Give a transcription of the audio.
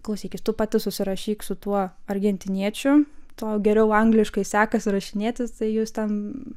klausykis tu pati susirašyk su tuo argentiniečiu tau geriau angliškai sekasi rašinėtis tai jūs ten